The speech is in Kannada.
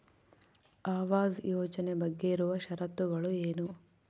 ಆವಾಸ್ ಯೋಜನೆ ಬಗ್ಗೆ ಇರುವ ಶರತ್ತುಗಳು ಏನು?